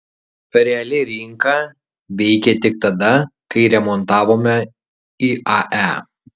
reali rinka veikė tik tada kai remontavome iae